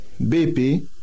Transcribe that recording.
BP